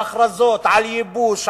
הכרזות על ייבוש,